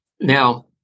Now